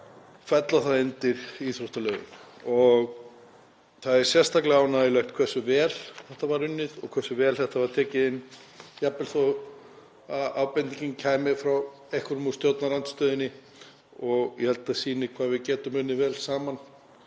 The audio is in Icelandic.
fella það undir íþróttalögin. Það er sérstaklega ánægjulegt hversu vel það var unnið og hversu vel þetta var tekið inn jafnvel þó að ábendingin kæmi frá þingmanni í stjórnarandstöðunni. Ég held að það sýni hvað við getum unnið vel saman